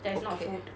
okay